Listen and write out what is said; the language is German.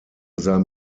seinen